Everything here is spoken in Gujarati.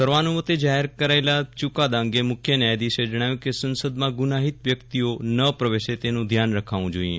સર્વાનુમતે જાહેર કરેલા ચુકાદા અંગે મુખ્ય ન્યાયાધીશે જણાવ્યું કે સંસદમાં ગુનાઇત વ્યક્તિો ન પ્રવેશે તેનું ધ્યાન રખાવું જોઇએ